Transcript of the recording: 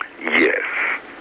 Yes